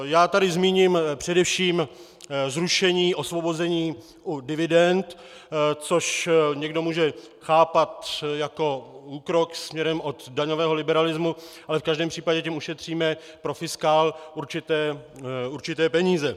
Já tady zmíním především zrušení osvobození u dividend, což někdo může chápat jako úkrok směrem od daňového liberalismu, ale v každém případě tím ušetříme pro fiskál určité peníze.